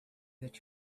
that